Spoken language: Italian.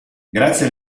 grazie